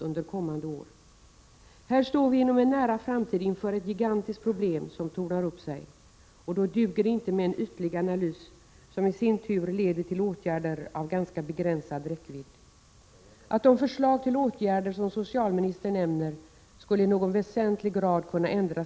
Många kommuner, särskilt i tätortsområden, har i dag svårigheter att rekrytera personal till hemtjänsten och även till institutionerna.